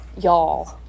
y'all